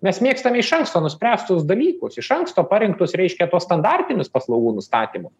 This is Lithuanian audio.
mes mėgstam iš anksto nuspręst tuos dalykus iš anksto parinktus reiškia tuos standartinius paslaugų nustatymu